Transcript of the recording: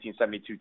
1972